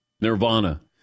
Nirvana